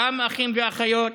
גם אחים ואחיות,